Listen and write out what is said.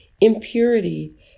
impurity